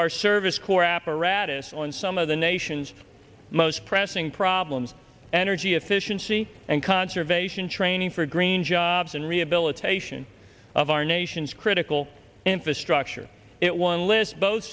our service corps apparatus on some of the nation's most pressing problems energy efficiency and conservation training for green jobs and rehabilitation of our nation's critical infrastructure it one lives both